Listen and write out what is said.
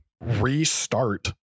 restart